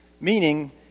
Meaning